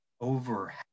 over